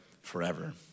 forever